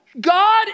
God